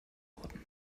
worden